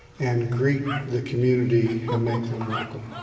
and greet the community and make them welcome.